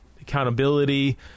accountability